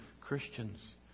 Christians